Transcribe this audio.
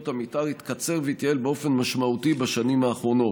המתאר התקצר והתייעל באופן משמעותי בשנים האחרונות.